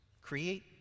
create